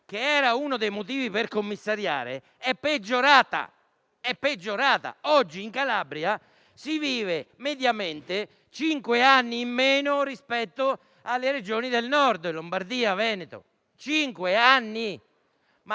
che era uno dei motivi per commissariare, è peggiorata. Oggi in Calabria si vive mediamente cinque anni in meno rispetto alle Regioni del Nord come Lombardia e Veneto. Cinque anni.